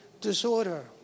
disorder